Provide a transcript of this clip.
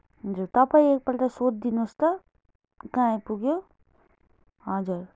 हजुर तपाईँ एकपल्ट सोधिदिनोस् त कहाँ आइपुग्यो हजुर